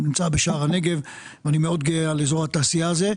זה נמצא בשער הנגב ואני מאוד גאה על אזור התעשייה הזה.